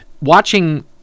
watching